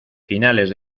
finales